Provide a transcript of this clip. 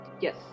Yes